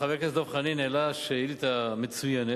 חבר הכנסת דב חנין העלה שאילתא מצוינת